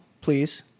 Please